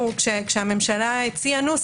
ברגע שיעבור אם יעבור,